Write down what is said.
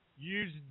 Use